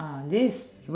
this